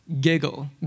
giggle